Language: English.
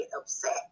upset